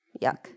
yuck